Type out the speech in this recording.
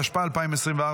התשפ"ה 2024,